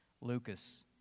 Lucas